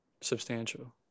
substantial